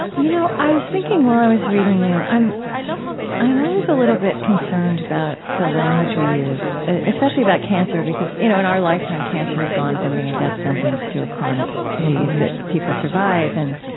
you know, i was thinking while i was reading you. i'm i'm always a little bit concerned about the language we use, especially about cancer, because, you know, in our lifetime, cancer has gone from being a death sentence to a chronic disease that people survive. and